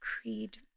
creed